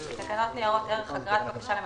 תקנות ניירות ערך (אגרה שנתית)